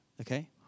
Okay